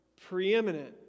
preeminent